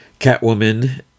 Catwoman